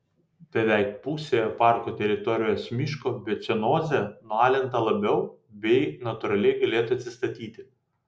beveik pusėje parko teritorijos miško biocenozė nualinta labiau bei natūraliai galėtų atsistatyti